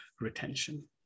retention